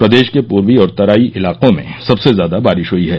प्रदेश के पूर्वी और तराई इलाकों में सबसे ज्यादा बारिश हुई है